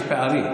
יש פערים.